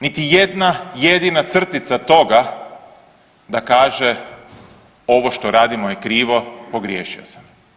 Niti jedna jedina crtica toga da kaže ovo što radimo je krivo, pogriješio sam.